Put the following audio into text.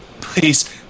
please